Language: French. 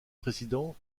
présidents